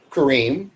Kareem